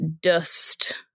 dust